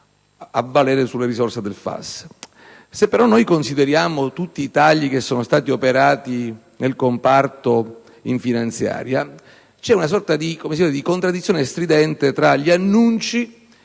a valere sulle risorse del FAS. Tuttavia, se consideriamo tutti i tagli che sono stati operati nel comparto in finanziaria, c'è una sorta di contraddizione stridente tra gli annunci